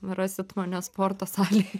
rasit mane sporto salėj